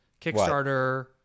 Kickstarter